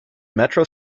metro